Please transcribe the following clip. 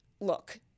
look